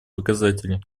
показатели